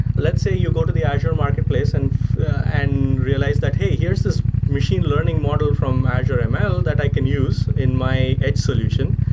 let's say you go to the azure marketplace and and realize that, hey, here's this machine learning model from azure ml that i can use in my edge solution,